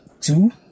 two